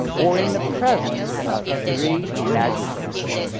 or in the presence of three magistrates.